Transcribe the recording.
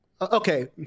Okay